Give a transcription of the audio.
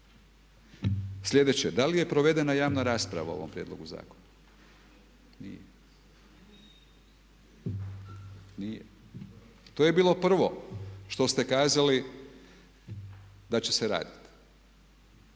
Slijedeće, da li je provedena javna rasprava o ovom prijedlogu zakona? Nije, nije. To je bilo prvo što ste kazali da će se raditi.